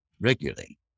regularly